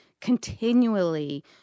continually